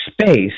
space